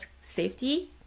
safety